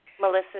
Melissa